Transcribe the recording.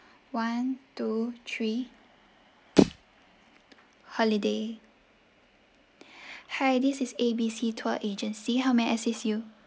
one two three holiday hi this is A B C tour agency how may I assist you